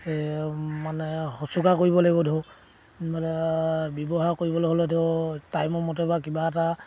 মানে শুশ্ৰূষা কৰিব লাগিব ধৰক মানে ব্যৱহাৰ কৰিবলৈ হ'লে ধৰক টাইমৰ মতে বা কিবা এটা